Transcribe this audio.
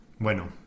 bueno